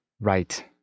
Right